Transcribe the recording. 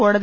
കോടതി